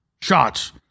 shots